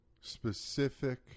specific